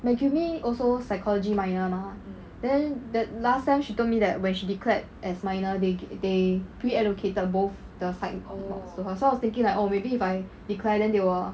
maqumee also psychology minor mah then the last time she told me that when she declared as minor they they pre-allocated both the psych mod to her so I was thinking like oh maybe if I declare then they will